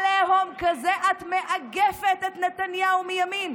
עליהום כזה: את מאגפת את נתניהו מימין,